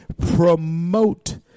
promote